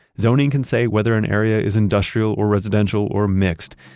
zoning can say whether an area is industrial or residential or mixed,